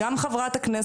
ולבקש ממנו